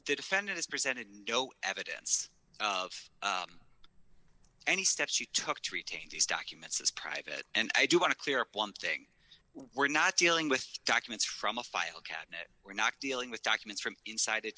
defendant is presented no evidence of any steps you took to retain these documents as private and i do want to clear up one thing we're not dealing with documents from a file cabinet we're not dealing with documents from inside